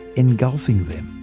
engulfing them.